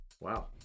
Wow